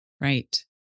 Right